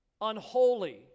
unholy